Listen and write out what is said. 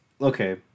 okay